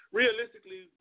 realistically